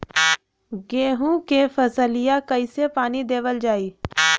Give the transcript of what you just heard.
गेहूँक फसलिया कईसे पानी देवल जाई?